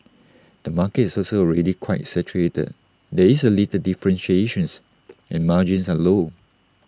the market is also already quite saturated there is A little differentiation's and margins are low